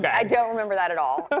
but i don't remember that at all.